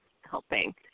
helping